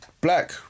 black